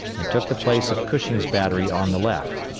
and took the place of cushing's battery on the left.